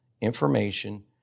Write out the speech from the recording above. information